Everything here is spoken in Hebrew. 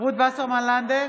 רות וסרמן לנדה,